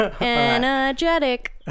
Energetic